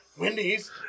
Wendy's